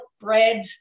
bread